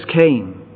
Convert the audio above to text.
came